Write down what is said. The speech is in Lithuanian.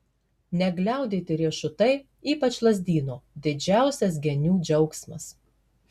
negliaudyti riešutai ypač lazdyno didžiausias genių džiaugsmas